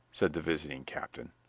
said the visiting captain.